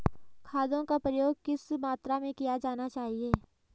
खादों का प्रयोग किस मात्रा में किया जाना चाहिए?